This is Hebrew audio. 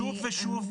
שוב ושוב,